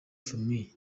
famille